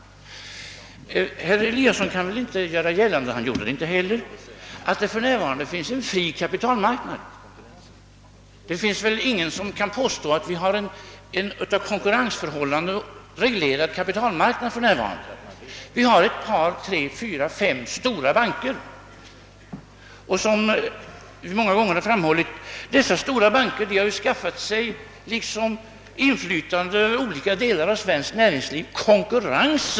Herr Eliasson kan väl inte — vilket han inte heller gjorde — göra gällande att det för närvarande finns en fri kapitalmarknad? Ingen kan väl påstå att vi har en av konkurrensförhållanden reglerad kapitalmarknad. Vi har fyra, fem stora banker, och — som många gånger framhållits — dessa stora banker har skaffat sig inflytande över olika delar av svenskt näringsliv.